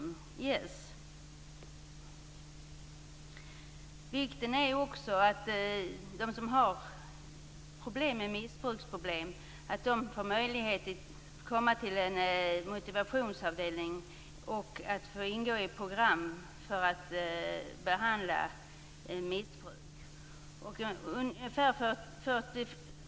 Viktigt är också att de som har problem med missbruk får möjlighet att komma till en motivationsavdelning och ingå i ett program för att behandla missbruket.